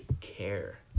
care